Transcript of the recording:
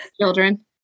Children